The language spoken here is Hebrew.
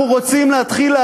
אנחנו רוצים להתחיל,